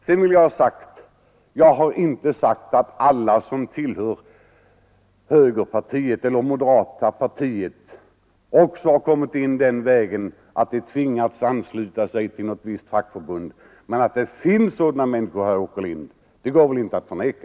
Jag vill framhålla att jag inte har sagt att alla i LO som tillhör moderata samlingspartiet också har kommit in den vägen att de tvingats ansluta sig till något visst fackförbund, men att det finns sådana människor, herr Åkerlind, det går väl inte att förneka.